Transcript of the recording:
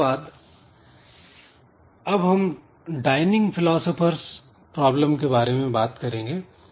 इसके बाद अब हम डायनिंग फिलॉस्फर्स प्रॉब्लम के बारे में बात करेंगे